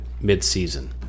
mid-season